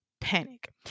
panic